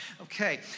Okay